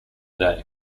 day